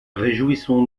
réjouissons